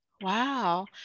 wow